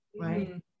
right